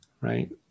right